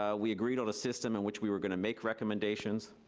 ah we agreed on a system in which we were gonna make recommendations,